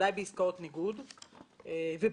בוודאי בעסקאות ניגוד ובכלל.